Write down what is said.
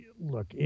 look